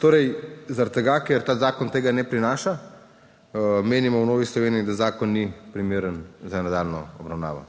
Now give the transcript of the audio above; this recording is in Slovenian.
torej zaradi tega, ker ta zakon tega ne prinaša. Menimo v Novi Sloveniji, da zakon ni primeren za nadaljnjo obravnavo.